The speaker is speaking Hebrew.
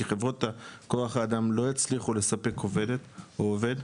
כי חברות כוח האדם לא הצליחו לספק עובדת או עובד,